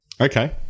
Okay